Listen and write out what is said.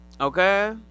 Okay